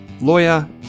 lawyer